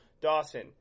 Dawson